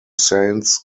saints